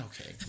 Okay